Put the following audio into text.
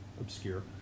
obscure